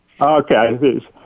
Okay